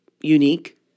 unique